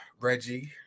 Reggie